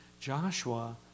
Joshua